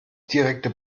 direkte